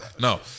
No